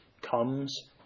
comes